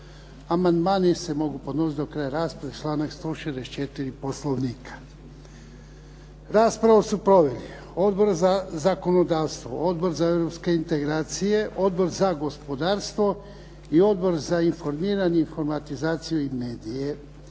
Amandmani se mogu podnositi do kraja rasprave, članak 164. Poslovnika. Raspravu su proveli Odbor za zakonodavstvo, Odbor za europske integracije, Odbor za gospodarstvo i Odbor za informiranje, informatizaciju i medije.